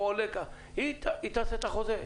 היא תעשה את החוזה.